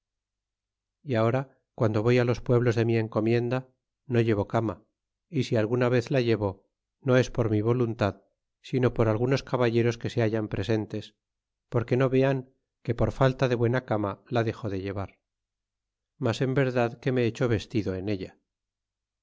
é ahora guando voy á los pueblos de mi encomienda no llevo cama é si alguna vez la llevo no es por mi voluntad sino por algunos caballeros que se hallan presentes porque no vean que por falta de buena cama la dexo de llevar mas en verdad que me echo vestido en ella